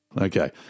Okay